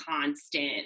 constant